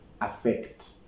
affect